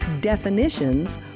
Definitions